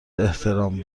احترام